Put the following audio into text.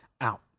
out